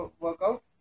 workout